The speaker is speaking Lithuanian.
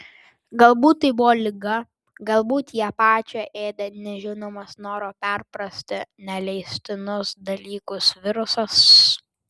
galbūt tai buvo liga galbūt ją pačią ėdė nežinomas noro perprasti neleistinus dalykus virusas